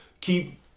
keep